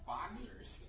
Boxers